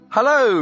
Hello